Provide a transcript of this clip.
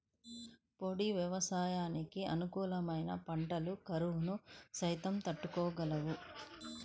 పొడి వ్యవసాయానికి అనుకూలమైన పంటలు కరువును సైతం తట్టుకోగలవు